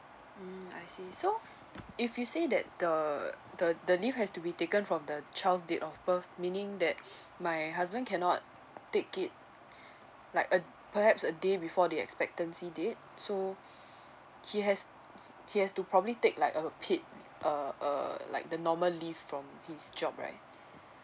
mm I see so if you say that the the the leave has to be taken from the child's date of birth meaning that my husband cannot take it like a perhaps a day before the expectancy date so he has he has to probably take like a paid uh uh like the normal leave from his job right